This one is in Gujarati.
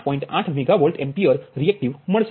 8 મેગાવોલ્ટએમ્પીયરરીએક્ટીવ મળશે